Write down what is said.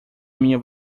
minha